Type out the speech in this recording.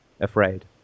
afraid